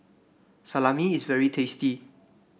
salami is very tasty